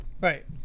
Right